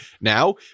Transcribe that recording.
now